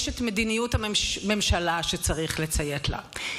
יש מדיניות ממשלה שצריך לציית לה.